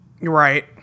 Right